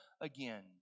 again